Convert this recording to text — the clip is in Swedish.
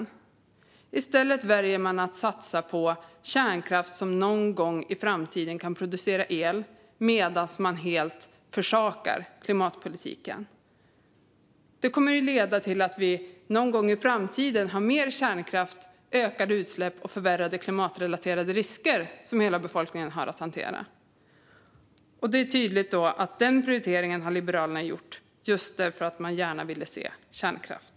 I stället väljer man att satsa på kärnkraft, som någon gång i framtiden kan producera el, medan man helt försakar klimatpolitiken. Detta kommer att leda till att vi i framtiden får mer kärnkraft, ökade utsläpp och förvärrade klimatrelaterade risker som hela befolkningen har att hantera. Det är tydligt att Liberalerna har gjort denna prioritering därför att man gärna vill se kärnkraft.